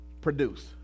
Produce